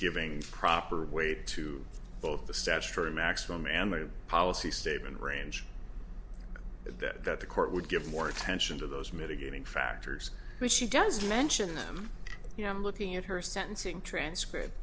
giving proper weight to both the statutory maximum and the policy statement range and that the court would give more attention to those mitigating factors but she doesn't mention them you know i'm looking at her sentencing transcript